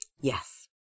yes